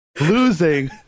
Losing